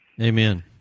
amen